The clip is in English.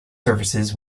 surfaces